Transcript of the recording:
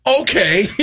Okay